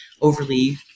overly